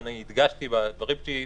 והדגשתי בדברים שלי,